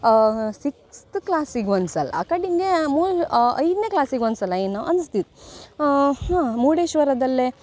sixth ಕ್ಲಾಸಿಗೆ ಒಂದು ಸಲ ಕಡೆಗೆ ಮೂರು ಐದನೇ ಕ್ಲಾಸಿಗೆ ಒಂದು ಸಲ ಏನೋ ಅನ್ಸ್ತಿತ್ತು ಹಾಂ ಮುರ್ಡೇಶ್ವರದಲ್ಲೇ